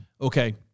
Okay